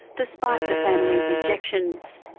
despite the family's objections.